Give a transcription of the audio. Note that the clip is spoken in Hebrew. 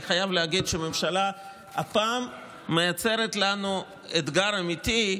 אני חייב להגיד שהממשלה הפעם מייצרת לנו אתגר אמיתי,